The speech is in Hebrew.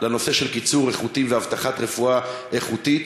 לנושא של קיצור איכותי והבטחת רפואה איכותית,